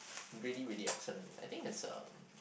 really really excellent I think it's um